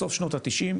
בסוף שנות ה-90,